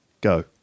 Go